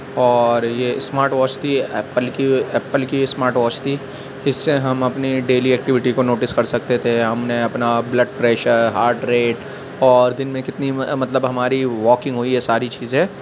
اور یہ smart watch تھی ایپل کی ایپل کی اسمارٹ واچ تھی اس سے ہم اپنی ڈیلی ایکٹویٹی کو نوٹس کر سکتے تھے ہم نے اپنا بلڈ پریشر ہارٹ ریٹ اور دن میں کتنی مطلب ہماری واکنگ ہوئی ہے ساری چیزیں